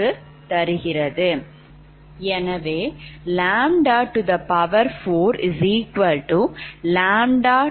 ஆகவே தான்∆ʎ0